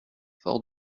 fort